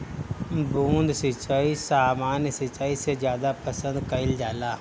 बूंद सिंचाई सामान्य सिंचाई से ज्यादा पसंद कईल जाला